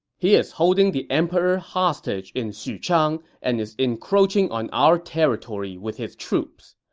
he is holding the emperor hostage in xuchang and is encroaching on our territory with his troops.